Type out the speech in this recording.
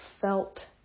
felt